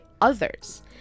others